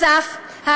נוסף על כך,